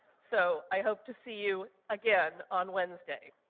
so, i hope to see you again on wednesday.